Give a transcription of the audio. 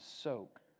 soak